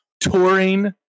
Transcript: touring